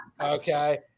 okay